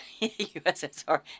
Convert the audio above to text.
USSR